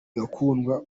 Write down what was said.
igakundwa